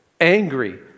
angry